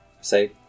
say